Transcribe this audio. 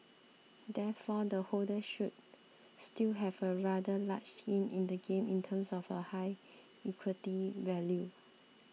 therefore the holders should still have a rather large skin in the game in terms of a high equity value